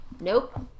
Nope